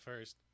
first